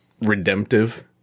redemptive